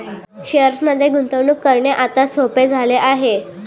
शेअर्समध्ये गुंतवणूक करणे आता सोपे झाले आहे